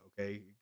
okay